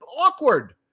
awkward